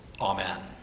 Amen